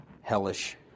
hellish